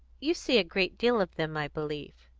you see a great deal of them, i believe?